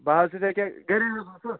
بہٕ حظ چھُس یہِ کیٛاہ گرِ حظ چھُس